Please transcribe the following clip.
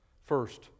First